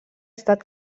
estat